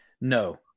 no